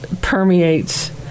permeates